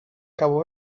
cabo